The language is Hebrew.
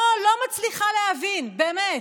לא, לא מצליחה להבין, באמת.